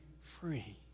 free